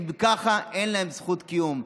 ואם ככה, אין להם זכות קיום.